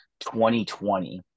2020